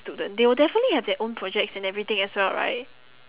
student they will definitely have their own projects and everything as well right